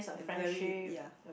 very ya